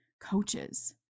coaches